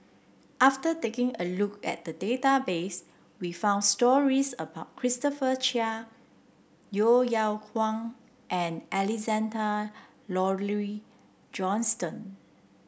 after taking a look at the database we found stories about Christopher Chia Yeo Yeow Kwang and Alexander Laurie Johnston